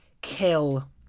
kill